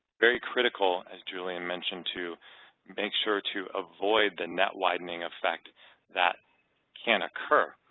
very critical, as julian mentioned, to make sure to avoid the net widening effect that can occur